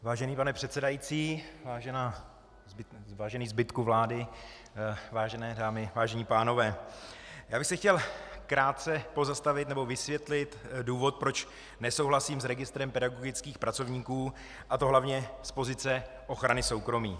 Vážený pane předsedající, vážený zbytku vlády, vážené dámy, vážení pánové, já bych se chtěl krátce pozastavit, nebo vysvětlit důvod, proč nesouhlasím s registrem pedagogických pracovníků, a to hlavně z pozice ochrany soukromí.